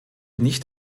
nicht